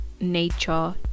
nature